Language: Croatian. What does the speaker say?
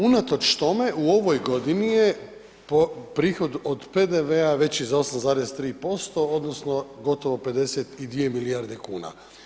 Unatoč tome u ovoj godini je po prihod od PDV-a veći za 8,3% odnosno gotovo 52 milijarde kuna.